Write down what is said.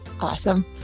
Awesome